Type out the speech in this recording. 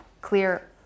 clear